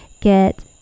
get